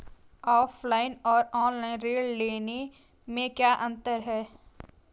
Offline और online ऋण लेने में क्या अंतर है?